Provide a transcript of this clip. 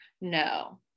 No